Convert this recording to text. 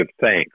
thanks